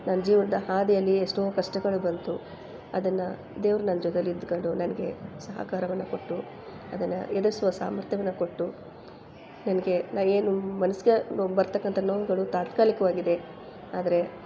ನನ್ನ ಜೀವನದ ಹಾದಿಯಲ್ಲಿ ಎಷ್ಟೋ ಕಷ್ಟಗಳು ಬಂತು ಅದನ್ನು ದೇವ್ರು ನನ್ನ ಜೊತೆಲಿ ಇದ್ಕೊಂಡು ನನಗೆ ಸಹಕಾರವನ್ನು ಕೊಟ್ಟು ಅದನ್ನ ಎದ್ರುಸುವ ಸಾಮರ್ಥ್ಯವನ್ನು ಕೊಟ್ಟು ನನಗೆ ನಾನು ಏನು ಮನ್ಸಿಗೆ ನೋವು ಬರ್ತಕ್ಕಂಥ ನೋವುಗಳು ತಾತ್ಕಾಲಿಕವಾಗಿದೆ ಆದರೆ